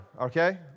okay